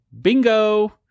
Bingo